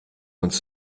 uns